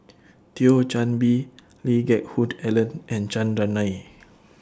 Thio Chan Bee Lee Geck Hoon Ellen and Chandran Nair